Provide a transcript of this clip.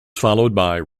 followed